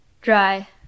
dry